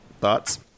thoughts